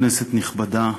כנסת נכבדה,